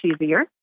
easier